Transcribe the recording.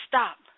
Stop